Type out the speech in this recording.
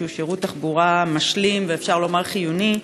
שהוא שירות תחבורה משלים ואפשר לומר חיוני.